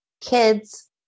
kids